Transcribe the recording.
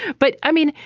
but i mean,